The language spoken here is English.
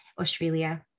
australia